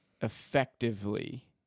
effectively